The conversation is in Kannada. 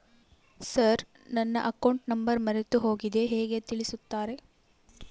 ಸರ್ ನನ್ನ ಅಕೌಂಟ್ ನಂಬರ್ ಮರೆತುಹೋಗಿದೆ ಹೇಗೆ ತಿಳಿಸುತ್ತಾರೆ?